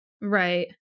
Right